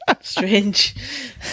strange